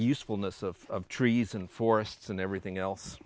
usefulness of trees and forests and everything else